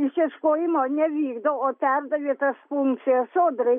išieškojimo nevykdo o perdavė tas funkcijas sodrai